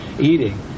eating